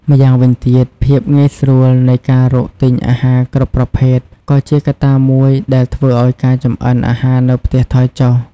ម្យ៉ាងវិញទៀត ភាពងាយស្រួលនៃការរកទិញអាហារគ្រប់ប្រភេទក៏ជាកត្តាមួយដែលធ្វើឱ្យការចម្អិនអាហារនៅផ្ទះថយចុះ ។